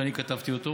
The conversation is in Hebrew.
כי אני כתבתי אותו,